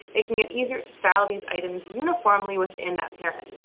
making it easier to style these items uniformly within that parent.